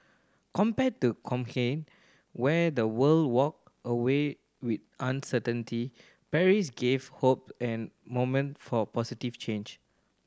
compared to where the world walked away with uncertainty Paris gave hope and for positive change